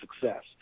success